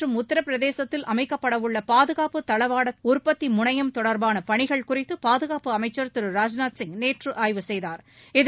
மற்றும் உத்தரப்பிரதேசத்தில் அமைக்கப்படவுள்ளபாதுகாப்பு தளவாடஉற்பத்திமுனையம் தமிழகம் தொடர்பானபணிகள் குறித்துபாதுகாப்பு அமைச்சர் திரு ராஜ்நாத் சிங் நேற்றுஆய்வு செய்தாா்